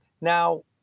Now